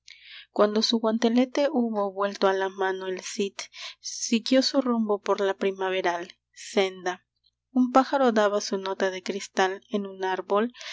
cuando su guantelete hubo vuelto a la mano el cid siguió su rumbo por la primaveral senda un pájaro daba su nota de cristal en un árbol